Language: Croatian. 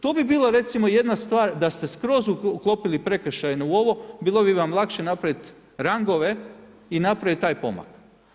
To bi bila recimo jedna stvar da ste skroz uklopili prekršajne u ovo, bilo bi vam lakše napraviti rangove i napraviti taj pomak.